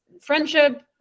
friendship